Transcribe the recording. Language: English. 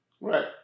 Right